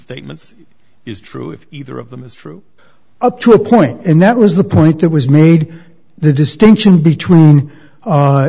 statements is true if either of them is true up to a point and that was the point that was made the distinction between